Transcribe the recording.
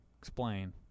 explain